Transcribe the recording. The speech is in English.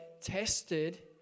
tested